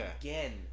again